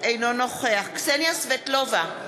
אינו נוכח קסניה סבטלובה,